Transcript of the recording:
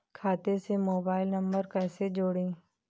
खाते से mobile number कैसे जोड़ें?